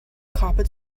carpet